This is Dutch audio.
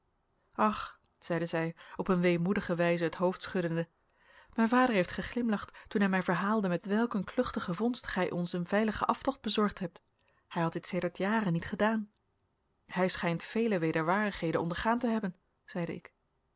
ach zeide zij op een weemoedige wijze het hoofd schuddende mijn vader heeft geglimlacht toen hij mij verhaalde met welk een kluchtigen vond gij ons een veiligen aftocht bezorgd hebt hij had dit sedert jaren niet gedaan hij schijnt vele wederwaardigheden ondergaan te hebben zeide ik